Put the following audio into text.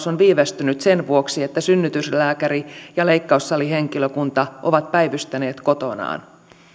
on viivästynyt sen vuoksi että synnytyslääkäri ja leikkaussalihenkilökunta ovat päivystäneet kotonaan